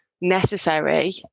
necessary